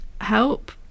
help